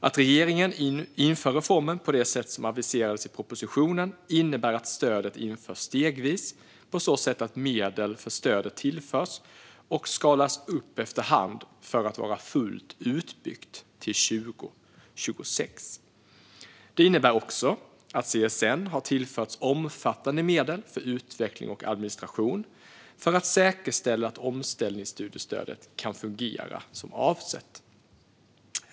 Att regeringen inför reformen på det sätt som aviserades i propositionen innebär att stödet införs stegvis, på så sätt att medel för stödet tillförs och skalas upp efter hand, för att vara fullt utbyggt till 2026. Det innebär också att CSN har tillförts omfattande medel för utveckling och administration för att säkerställa att omställningsstudiestödet kan fungera som avsett.